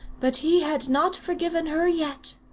but he had not forgiven her yet.